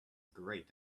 great